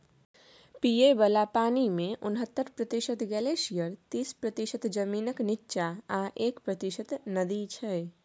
पीबय बला पानिमे उनहत्तर प्रतिशत ग्लेसियर तीस प्रतिशत जमीनक नीच्चाँ आ एक प्रतिशत नदी छै